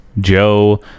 Joe